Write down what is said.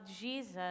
Jesus